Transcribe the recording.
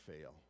fail